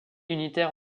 unitaire